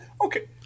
Okay